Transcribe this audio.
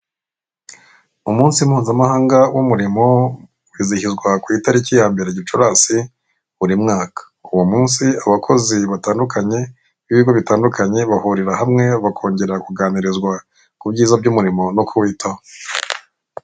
Umunsi mpuzamahanga w'umurimo wizihizwa ku itariki ya mbere, Gicurasi, buri mwaka. Uwo munsi abakozi batandukanye b'ibigo bitandukanye bahirira hamwe bakongera kuganirizwa ku byiza b'umurimo no kuwitaho.